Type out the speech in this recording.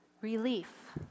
relief